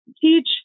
teach